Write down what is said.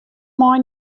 mei